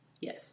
Yes